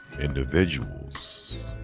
Individuals